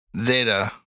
Zeta